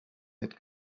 had